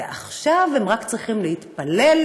ועכשיו הם רק צריכים להתפלל,